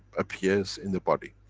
appears in the body.